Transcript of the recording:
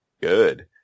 good